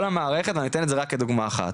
כל המערכת, ואני אתן את זה רק כדוגמא אחת.